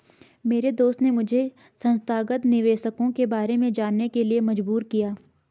मेरे दोस्त ने मुझे संस्थागत निवेशकों के बारे में जानने के लिए मजबूर किया